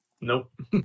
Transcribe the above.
Nope